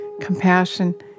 compassion